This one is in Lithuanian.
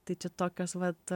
tai čia tokios vat